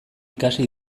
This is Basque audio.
ikasi